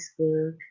Facebook